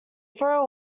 throw